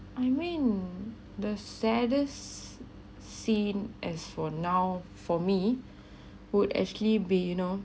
I mean the saddest scene as for now for me would actually be you know